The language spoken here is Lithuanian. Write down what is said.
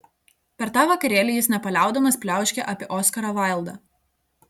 per tą vakarėlį jis nepaliaudamas pliauškė apie oskarą vaildą